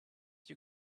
you